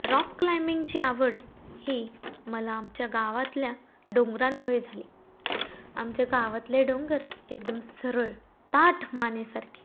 rock क्लाइम्बिंगची आवड ही मला आमच्या गावातल्या डोंगरांमुळे झाली आमच्या गावातले डोंगर एकदम सरळ ताठ मानेसारखे